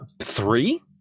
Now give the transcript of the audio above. three